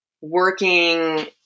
working